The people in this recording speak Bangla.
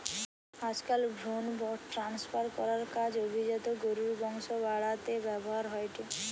আজকাল ভ্রুন ট্রান্সফার করার কাজ অভিজাত গরুর বংশ বাড়াতে ব্যাভার হয়ঠে